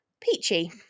Peachy